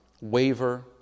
waver